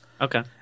okay